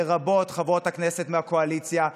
לרבות חברות הכנסת מהקואליציה,